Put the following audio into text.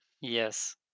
Yes